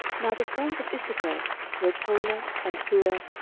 now the sons of issachar were, tola, and puah,